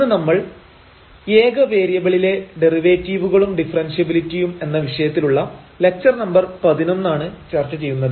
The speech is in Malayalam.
ഇന്ന് നമ്മൾ ഏക വേരിയബിളിലെ ഡെറിവേറ്റീവുകളും ഡിഫറെൻഷ്യബിലിറ്റിയും എന്ന വിഷയത്തിലുള്ള ലക്ച്ചർ നമ്പർ 11 ആണ് ചർച്ച ചെയ്യുന്നത്